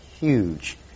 huge